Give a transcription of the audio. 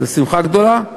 זו שמחה גדולה.